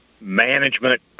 management